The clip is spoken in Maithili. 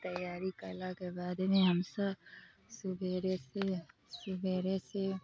तैयारी कयलाके बादमे हमसब सबेरेसँ सबेरेसँ